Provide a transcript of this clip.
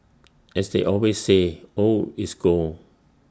as they always say old is gold